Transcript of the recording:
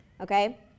okay